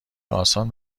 آسان